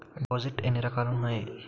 దిపోసిస్ట్స్ ఎన్ని రకాలుగా ఉన్నాయి?